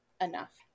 enough